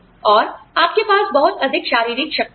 और आपके पास बहुत अधिक शारीरिक शक्ति है